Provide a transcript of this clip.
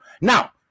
Now